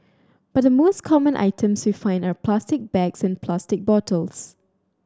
but the most common items we find are plastic bags and plastic bottles